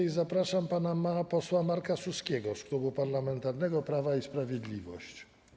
I zapraszam pana posła Marka Suskiego z Klubu Parlamentarnego Prawo i Sprawiedliwość.